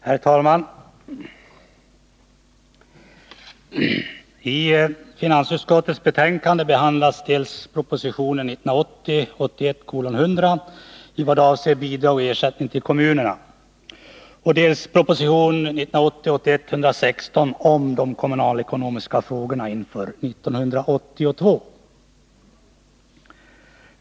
Herr talman! I finansutskottets betänkande 31 behandlas dels proposition 1980 81:116 om kommunalekonomiska frågor inför 1982.